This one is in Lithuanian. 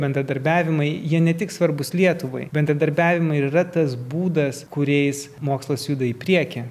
bendradarbiavimai jie ne tik svarbus lietuvai bendradarbiavimai ir yra tas būdas kuriais mokslas juda į priekį